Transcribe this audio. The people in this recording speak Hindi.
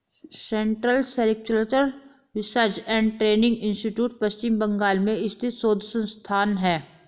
central sericultural research and training institute Paschim Bangal में स्थित शोध संस्थान है